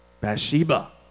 Bathsheba